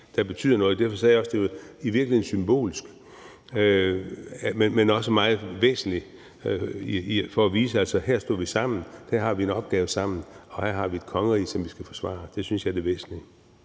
der betyder noget. Derfor sagde jeg også, at det i virkeligheden var symbolsk, men også meget væsentligt for at vise, at her står vi sammen, her har vi en opgave sammen, og her har vi et kongerige, som vi skal forsvare. Det synes jeg er det væsentlige.